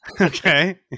Okay